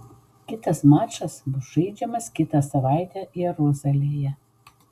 kitas mačas bus žaidžiamas kitą savaitę jeruzalėje